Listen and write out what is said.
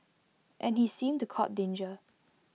and he seemed to court danger